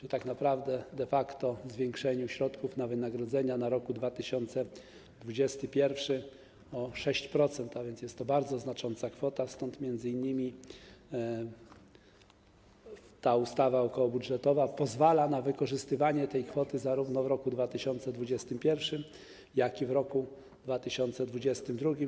To tak naprawdę de facto zwiększenie środków na wynagrodzenia na rok 2021 o 6%, a więc jest to bardzo znacząca kwota, stąd m.in. ta ustawa okołobudżetowa pozwala na wykorzystywanie tej kwoty zarówno w roku 2021, jak i w roku 2022.